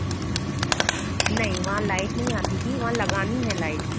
नहीं वहाँ लाइट नहीं आती थी वहाँ लगानी है लाइट